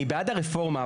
אני בעד הרפורמה,